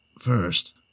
first